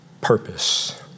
purpose